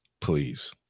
Please